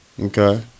Okay